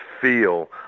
feel